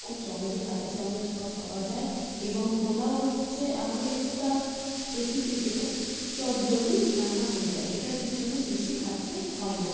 খুব সহজেই হাতের সামনে সব পাওয়া যায় এবং পোলাও হচ্ছে এমনই একটা রেসিপি যেটা চটজলদি রান্না হয়ে যায় এটার পিছনে বেশি খাটতে হয় না